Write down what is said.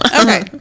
okay